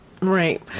Right